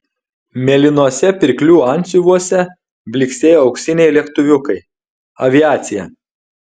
mėlynuose pirklių antsiuvuose blyksėjo auksiniai lėktuviukai aviacija